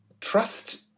trust